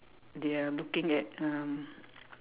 they are looking at um